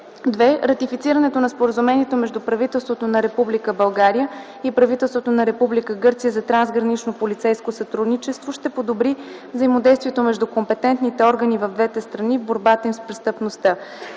2. Ратифицирането на Споразумението между правителството на Република България и правителството на Република Гърция за трансгранично полицейско сътрудничество ще подобри взаимодействието между компетентните органи в двете страни в борбата им с престъпността.